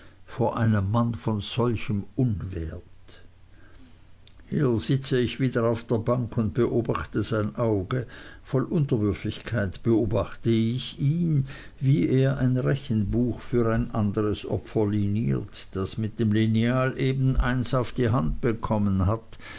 vor einem mann von solchem unwert hier sitze ich wieder in der bank und beobachte sein auge voll unterwürfigkeit beobachte ich ihn wie er ein rechenbuch für ein anderes opfer liniert das mit dem lineal eben eins auf die hand bekommen hat